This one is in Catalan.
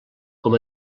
com